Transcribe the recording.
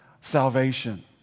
salvation